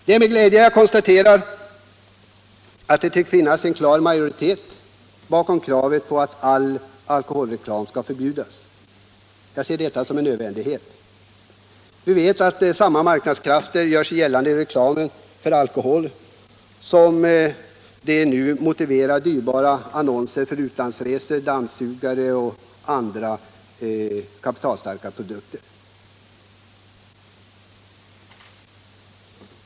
Det är med glädje jag konstaterar att det tycks finnas en klar majoritet bakom kravet på att all alkoholreklam skall förbjudas. Detta är en nödvändighet. Vi vet att det är samma marknadskrafter som gör sig gällande i reklamen för alkohol som de som motiverar dyrbar annonsering för utlandsresor, dammsugare och andra kapitalvaror.